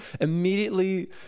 immediately